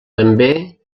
també